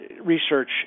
research